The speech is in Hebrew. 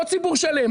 לא ציבור שלם,